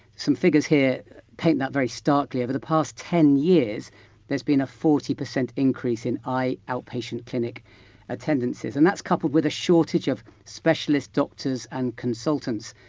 some figures here paint that very starkly. over the past ten years there's been a forty percent increase in eye outpatient clinic attendances and that's coupled with a shortage of specialist doctors and consultants.